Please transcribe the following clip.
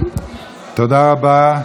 תודה רבה.